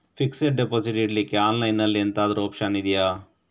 Fixed deposit ಇಡ್ಲಿಕ್ಕೆ online ಅಲ್ಲಿ ಎಂತಾದ್ರೂ ಒಪ್ಶನ್ ಇದ್ಯಾ?